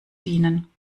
dienen